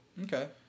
Okay